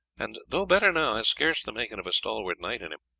and, though better now, has scarce the making of a stalwart knight in him.